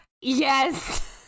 Yes